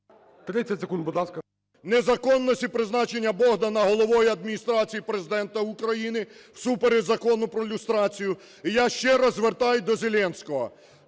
незаконності призначення Богдана Головою Адміністрації Президента України всупереч Закону про люстрацію. І я ще раз звертаюсь доЗеленського.